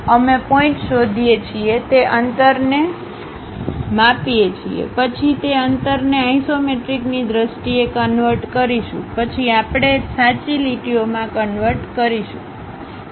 અમે પોઇન્ટ શોધીએ છીએ તે અંતરને માપીએ છીએ પછી તે અંતરને આઇસોમેટ્રિકની દ્રષ્ટિએ કન્વર્ટ કરીશું પછી આપણે સાચી લીટીઓમાં કન્વર્ટ કરીશું